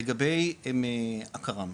לגבי הקר"מ,